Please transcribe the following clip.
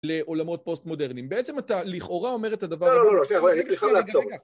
לעולמות פוסט-מודרניים. בעצם אתה לכאורה אומר את הדבר... לא, לא, לא, אני פתיחה לעצור.